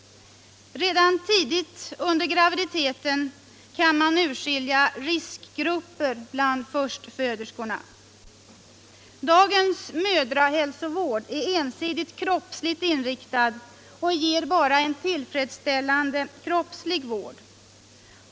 Redan tidigt under graviditeten kan man urskilja riskgrupper bland förstföderskorna. Dagens mödrahälsovård är ensidigt kroppsligt inriktad och ger bara en tillfredsställande kroppslig vård.